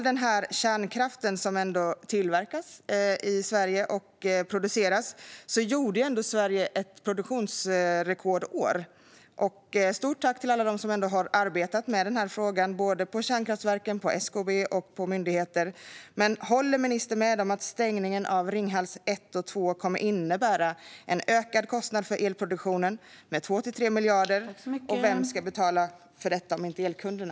Med all kärnkraft som tillverkas och produceras har Sverige haft ett produktionsrekordår. Stort tack till alla som har arbetat med denna fråga på kärnkraftverken, på SKB och på myndigheterna! Håller ministern med om att stängningen av Ringhals 1 och 2 kommer att innebära en kostnadsökning för elproduktionen med 2-3 miljarder? Vem ska betala för detta, om inte elkunderna?